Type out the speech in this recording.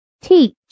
Teach